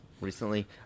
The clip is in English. recently